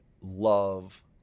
love